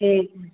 ठीक है